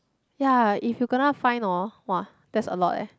ya if you kena fine hor !wah! that's a lot eh